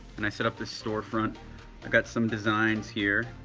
and i set up this storefront. i've got some designs here.